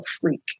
freak